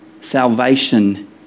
Salvation